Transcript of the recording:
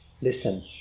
Listen